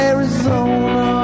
Arizona